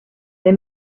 they